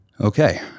Okay